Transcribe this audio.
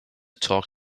talk